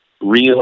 Real